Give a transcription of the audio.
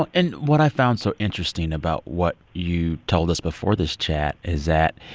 and what i found so interesting about what you told us before this chat is that